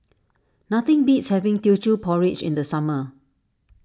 nothing beats having Teochew Porridge in the summer